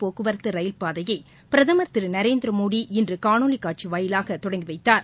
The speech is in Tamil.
போக்குவரத்து ரயில் பிரதமர் திரு நரேந்திரமோடி இன்று காணொலி காட்சி வாயிலாக தொடங்கி வைத்தார்